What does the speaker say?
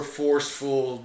forceful